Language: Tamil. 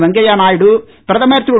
வெங்கையா நாயுட பிரதமர் திரு